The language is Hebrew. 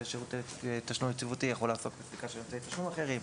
שירותי תשלום יציבותי יכול לעשות את הסליקה של אמצעי תשלום אחרים,